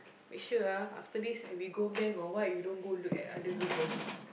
make sure ah after this eh we go bank or what you don't go look at other girls body